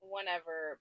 Whenever